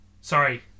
sorry